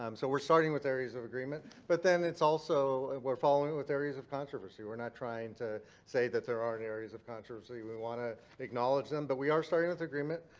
um so we're starting with areas of agreement, but then it's also. we're following it with areas of controversy. we're not trying to say that there aren't areas of controversy. we want to acknowledge them, but we are starting with agreement.